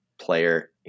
player